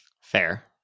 Fair